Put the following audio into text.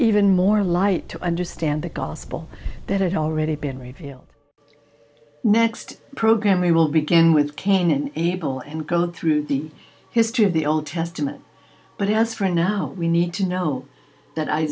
even more light to understand the gospel that had already been revealed next program we will begin with cain and abel and go through the history of the old testament but as right now we need to know that i